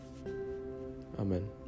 Amen